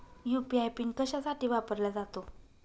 UPI pin कशासाठी वापरला जातो?